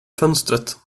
fönstret